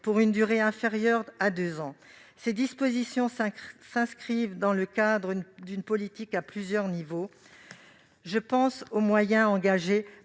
pour une durée inférieure à deux ans. Ces dispositions s'inscrivent dans le cadre d'une politique à plusieurs niveaux. Je pense ainsi aux moyens engagés